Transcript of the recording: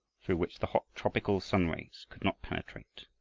through which the hot tropical sun-rays could not penetrate.